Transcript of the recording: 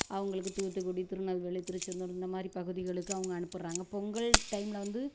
அவங்களுக்கு தூத்துக்குடி திருநெல்வேலி திருச்செந்தூர் இந்தமாதிரி பகுதிகளுக்கு அவங்க அனுப்பிடுறாங்க பொங்கல் டைம்ல வந்து